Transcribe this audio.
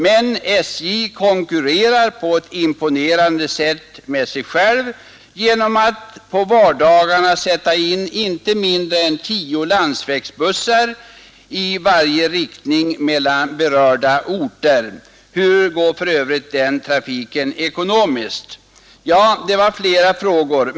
Men SJ konkurrerar på ett imponerande sätt med sig självt genom att på vardagarna sätta in inte mindre än tio landsvägsbussar i varje riktning mellan berörda orter. Hur går för övrigt den trafiken ekonomiskt? Ja, det var flera frågor.